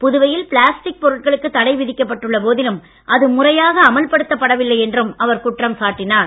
புதுவையில் பிளாஸ்டிக் பொருட்கள் தடைவிதிக்கப்பட்டுள்ள போதிலும் அது முறையாக அமல்படுத்தப்படவில்லை என்றும் அவர் குற்றம் சாட்டியுள்ளார்